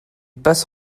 passe